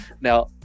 now